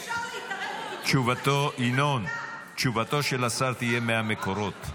אי-אפשר להתערב --- תשובתו של השר תהיה מהמקורות.